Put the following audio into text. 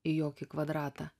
į jokį kvadratą